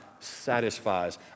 satisfies